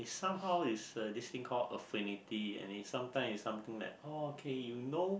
somehow is uh this thing call affinity and is sometime is something that okay you know